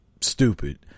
stupid